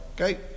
Okay